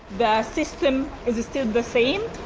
the system is still the same.